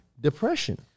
depression